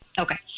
Okay